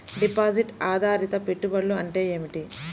Deposit ఆధారిత పెట్టుబడులు అంటే ఏమిటి?